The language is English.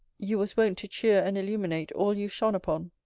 you was wont to cheer and illuminate all you shone upon!